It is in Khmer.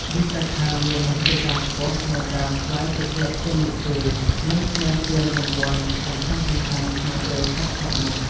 វិសាខាមានមហិច្ឆតាខ្ពស់ក្នុងការក្លាយជាក្លឹបឈានមុខគេ និងឈ្នះពានរង្វាន់សំខាន់ៗក្នុងពេលឆាប់ៗនេះ។